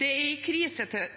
Det er i